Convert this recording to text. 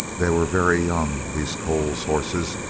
they were very young, these coles horses,